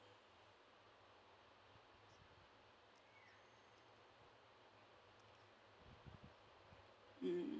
mmhmm mm